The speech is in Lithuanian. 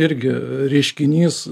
irgi reiškinys